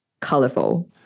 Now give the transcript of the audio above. colorful